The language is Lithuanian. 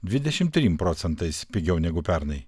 dvidešimt trim procentais pigiau negu pernai